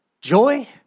joy